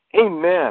Amen